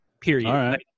period